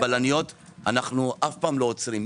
בלניות אנו אף פעם לא עוצרים.